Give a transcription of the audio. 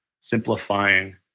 simplifying